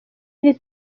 iri